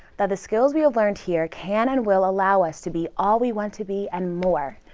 that the skills we have learned here can and will allow us to be all we want to be and more.